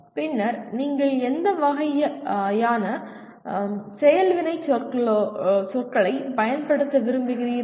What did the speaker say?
பின்னர் நீங்கள் எந்த வகையான செயல் வினைச்சொற்களைப் பயன்படுத்த விரும்புகிறீர்கள்